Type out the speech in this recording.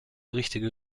richtige